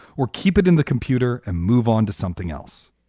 or keep it in the computer and move on to something else.